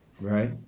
right